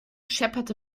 schepperte